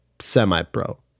semi-pro